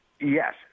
Yes